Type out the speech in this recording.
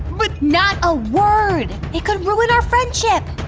but not a word! it could ruin our friendship.